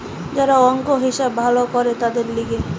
যারা অংক, হিসাব ভালো করে তাদের লিগে